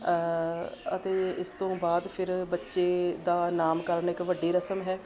ਅਤੇ ਇਸ ਤੋਂ ਬਾਅਦ ਫਿਰ ਬੱਚੇ ਦਾ ਨਾਮਕਰਨ ਇੱਕ ਵੱਡੀ ਰਸਮ ਹੈ